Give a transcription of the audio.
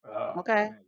Okay